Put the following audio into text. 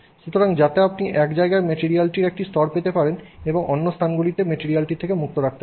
সুতরাং যাতে আপনি এক জায়গায় ম্যাটেরিয়ালটির একটি স্তর পেতে পারেন এবং অন্যান্য স্থানগুলিকে সেই ম্যাটেরিয়ালটির থেকে মুক্ত রাখতে পারেন